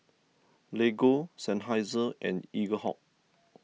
Lego Seinheiser and Eaglehawk